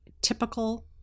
typical